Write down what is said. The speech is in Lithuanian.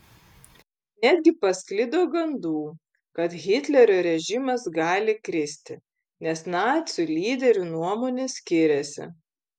netgi pasklido gandų kad hitlerio režimas gali kristi nes nacių lyderių nuomonės skiriasi